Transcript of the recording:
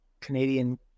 Canadian